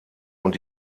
und